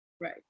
Right